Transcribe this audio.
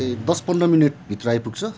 ए दस पन्ध्र मिनट भित्र आइपुग्छ